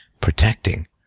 protecting